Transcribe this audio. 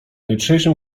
jutrzejszym